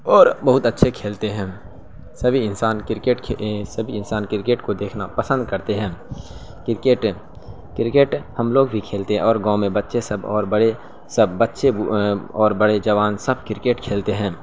اور بہت اچھے کھیلتے ہیں سبھی انسان کرکٹ سبھی انسان کرکٹ کو دیکھنا پسند کرتے ہیں کرکٹ کرکٹ ہم لوگ بھی کھیلتے ہیں اور گاؤں میں بچے سب اور بڑے سب بچے اور بڑے جوان سب کرکٹ کھیلتے ہیں